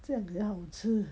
这样子好吃